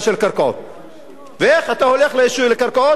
איך אתה הולך לקרקעות כשאנשים תובעים